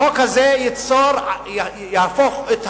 החוק הזה יהפוך את האנשים,